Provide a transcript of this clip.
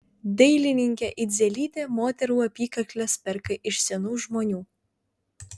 dailininkė idzelytė moterų apykakles perka iš senų žmonių